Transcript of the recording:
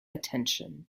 attention